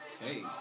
hey